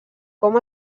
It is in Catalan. com